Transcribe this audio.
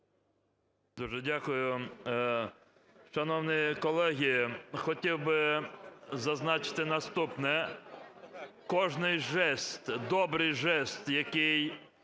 Дуже дякую. Шановні колеги, хотів би зазначити наступне: кожний жест, добрий жест, який